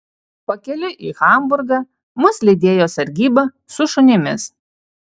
pakeliui į hamburgą mus lydėjo sargyba su šunimis